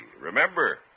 Remember